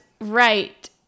right